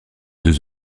deux